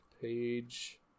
page